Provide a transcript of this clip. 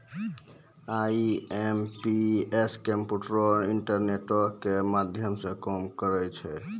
IMPS कम्प्यूटरो, इंटरनेटो के माध्यमो से काम करै छै